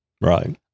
Right